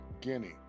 Guinea